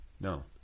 no